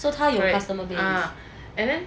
so 他有 customer base